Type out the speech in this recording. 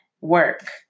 work